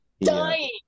dying